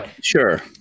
Sure